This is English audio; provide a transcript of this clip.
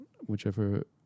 whichever